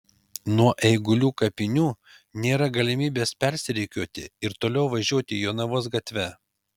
nuo eigulių kapinių nėra galimybės persirikiuoti ir toliau važiuoti jonavos gatve